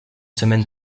semaines